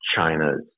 China's